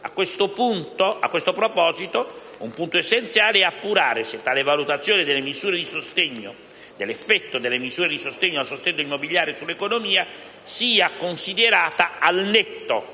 A questo proposito, un punto essenziale è appurare se tale valutazione dell'effetto delle misure di sostegno al settore immobiliare sull'economia sia considerata al netto